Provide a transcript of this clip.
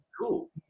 Cool